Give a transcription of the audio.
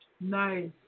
Nice